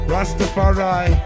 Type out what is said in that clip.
Rastafari